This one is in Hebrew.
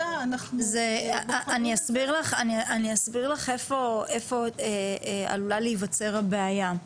אני אסביר לך איפה עלולה להיווצר הבעיה.